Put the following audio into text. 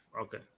okay